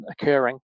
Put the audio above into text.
occurring